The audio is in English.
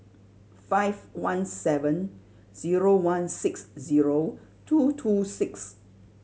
five one seven zero one six zero two two six